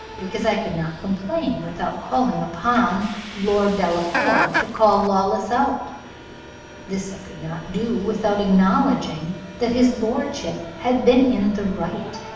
because i could not complain without calling upon lord delacour to call lawless out this i could not do without acknowledging that his lordship had been in the right,